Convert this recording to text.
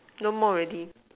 no more already